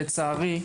לצערי,